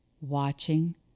watching